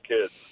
kids